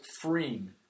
freeing